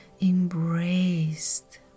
Embraced